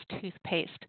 toothpaste